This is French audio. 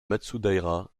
matsudaira